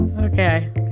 Okay